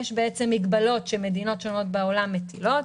יש מגבלות שמדינות שונות בעולם מטילות,